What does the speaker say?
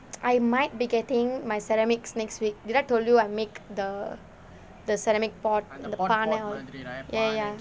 I might be getting my ceramics next week did I told you I make the the ceramic pot அந்த பானை:antha paanai all ya ya